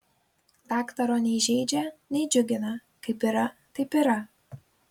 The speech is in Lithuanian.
daktaro nei žeidžia nei džiugina kaip yra taip yra